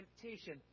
temptation